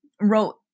wrote